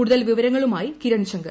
കൂടുതൽ വിവരങ്ങളുമായി കിരൺ ശങ്കർ